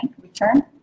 return